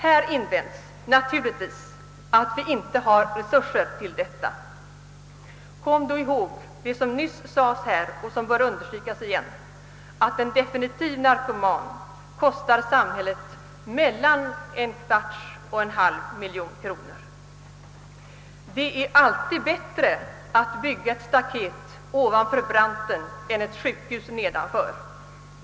Här invänds naturligtvis att vi inte har resurser för detta. Kom då ihåg vad som nyss sades här, nämligen att en definitiv narkoman kostar samhället mellan en kvarts och en halv miljon kronor. Det är alltid bättre att bygga ett staket ovanför branten än ett sjukhus nedanför.